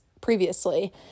previously